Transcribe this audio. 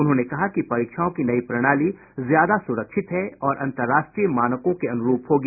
उन्होंने कहा कि परीक्षाओं की नई प्रणाली ज्यादा सुरक्षित है और अंतर्राष्ट्रीय मानकों के अनुरूप होगी